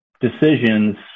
decisions